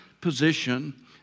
position